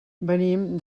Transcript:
venim